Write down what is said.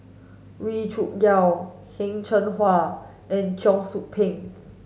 Wee Cho Yaw Heng Cheng Hwa and Cheong Soo Pieng